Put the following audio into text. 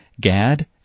Gad